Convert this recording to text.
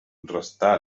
restà